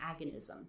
agonism